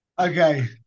Okay